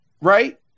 right